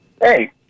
Hey